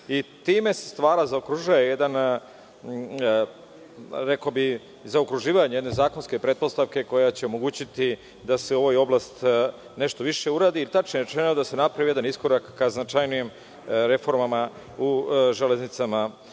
Time se zaokružuje jedan rekao bih jedne zakonske pretpostavke koja će omogućiti da se u ovoj oblasti nešto više uradi. Tačnije rečeno, da se napravi jedan iskorak ka značajnijoj reformama na železnicama,